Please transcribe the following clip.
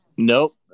Nope